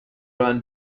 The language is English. run